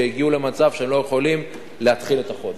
שהגיעו למצב שהן לא יכולות להתחיל את החודש.